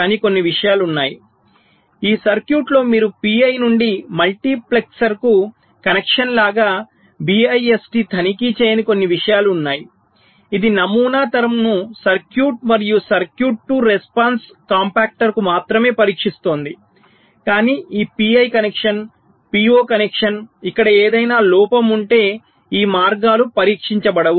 కానీ కొన్ని విషయాలు ఉన్నాయి ఈ సర్క్యూట్లో మీరు PI నుండి మల్టీప్లెక్సర్కు కనెక్షన్ లాగా BIST తనిఖీ చేయని కొన్ని విషయాలు ఉన్నాయి ఇది నమూనా తరంను సర్క్యూట్ మరియు సర్క్యూట్ టు రెస్పాన్స్ కాంపాక్టర్కు మాత్రమే పరీక్షిస్తోంది కానీ ఈ PI కనెక్షన్ PO కనెక్షన్ ఇక్కడ ఏదైనా లోపం ఉంటే ఈ మార్గాలు పరీక్షించబడవు